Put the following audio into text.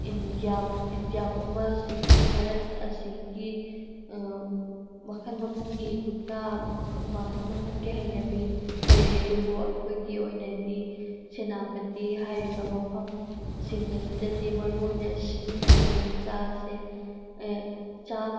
India India ꯄꯨꯝꯕ ꯑꯁꯤꯒꯤ ꯚꯥꯔꯠ ꯑꯁꯤꯒꯤ ꯃꯈꯜ ꯃꯈꯜꯒꯤ ꯈꯨꯆꯥ ꯃꯈꯜ ꯃꯈꯜꯒꯤ ꯍꯩꯅꯕꯤ ꯂꯩꯔꯤ ꯑꯗꯨꯕꯨ ꯑꯩꯈꯣꯏꯒꯤ ꯑꯣꯏꯅꯗꯤ ꯁꯦꯅꯥꯄꯇꯤ ꯍꯥꯏꯔꯤꯕ ꯃꯐꯝꯁꯤꯡ ꯑꯁꯤꯗꯗꯤ ꯃꯔꯨꯑꯣꯏꯅ ꯁꯤꯖꯤꯟꯅꯔꯤꯕ ꯆꯤꯟꯖꯥꯛ ꯑꯁꯦ ꯆꯥꯛ